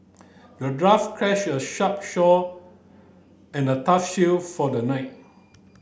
the dwarf a sharp shore and a tough shield for the knight